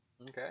Okay